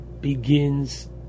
begins